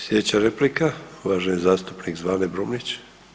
Slijedeća replika, uvaženi zastupnik Zvane Brumnić.